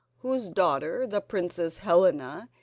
whose daughter, the princess helena,